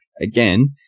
again